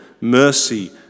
mercy